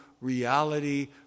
reality